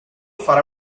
farà